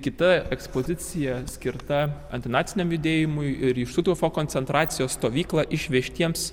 kita ekspozicija skirta antinaciniam judėjimui ir į štuthofo koncentracijos stovyklą išvežtiems